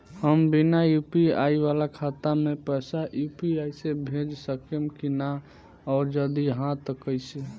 हम बिना यू.पी.आई वाला खाता मे पैसा यू.पी.आई से भेज सकेम की ना और जदि हाँ त कईसे?